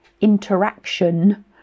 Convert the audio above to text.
interaction